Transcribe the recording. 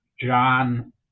John